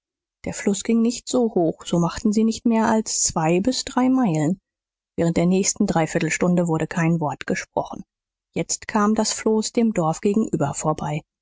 der fluß ging nicht so hoch so machten sie nicht mehr als zwei bis drei meilen während der nächsten dreiviertel stunden wurde kein wort gesprochen jetzt kam das floß dem dorf gegenüber vorbei